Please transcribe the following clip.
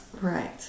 Right